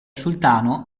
sultano